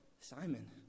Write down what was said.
Simon